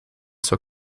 zur